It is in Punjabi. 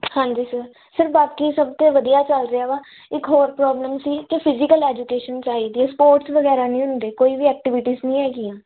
ਹਾਂਜੀ ਸਰ ਸਰ ਬਾਕੀ ਸਭ ਤਾਂ ਵਧੀਆ ਚੱਲ ਰਿਹਾ ਵਾ ਇੱਕ ਹੋਰ ਪ੍ਰੋਬਲਮ ਸੀ ਕਿ ਫਿਜ਼ੀਕਲ ਐਜੂਕੇਸ਼ਨ ਚਾਹੀਦੀ ਹੈ ਸਪੋਰਟਸ ਵਗੈਰਾ ਨਹੀਂ ਹੁੰਦੀ ਕੋਈ ਵੀ ਐਕਟੀਵਿਟੀਜ਼ ਨਹੀਂ ਹੈਗੀਆਂ